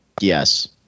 Yes